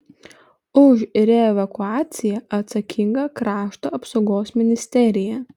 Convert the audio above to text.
už reevakuaciją atsakinga krašto apsaugos ministerija